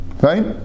Right